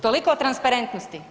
Toliko o transparentnosti.